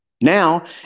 Now